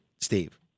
Steve